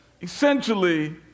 essentially